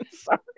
Sorry